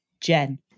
Jen